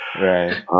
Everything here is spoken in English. Right